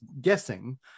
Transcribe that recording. guessing